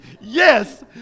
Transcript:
Yes